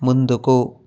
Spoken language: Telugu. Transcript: ముందుకు